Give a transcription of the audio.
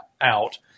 out